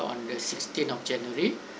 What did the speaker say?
on the sixteenth of january